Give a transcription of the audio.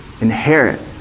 inherit